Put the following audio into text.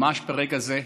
ממש ברגע זה,